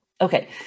Okay